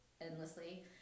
endlessly